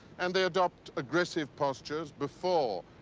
and they adopt aggressive postures before